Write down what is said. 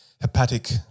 hepatic